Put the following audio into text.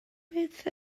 beth